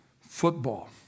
football